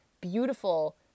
beautiful